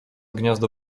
gniazdo